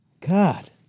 God